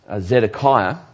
Zedekiah